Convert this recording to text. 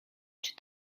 czy